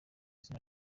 izina